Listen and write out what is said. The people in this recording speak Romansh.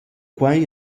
quai